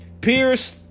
Pierce